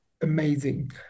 amazing